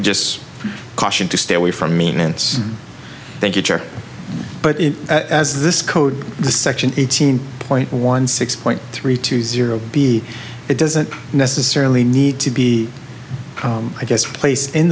just caution to stay away from maintenance thank you but as this code section eighteen point one six point three two zero b it doesn't necessarily need to be i guess a place in